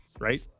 right